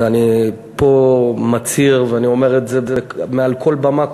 ואני פה מצהיר ואני אומר את זה מעל כל במה,